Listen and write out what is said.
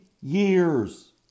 years